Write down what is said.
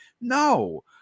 No